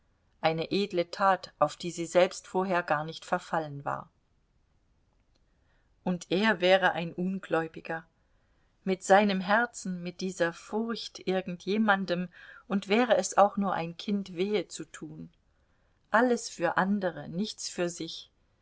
eine edle tat auf die sie selbst vorher gar nicht verfallen war und er wäre ein ungläubiger mit seinem herzen mit dieser furcht irgend jemandem und wäre es auch nur ein kind wehe zu tun alles für andere nichts für sich